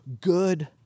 good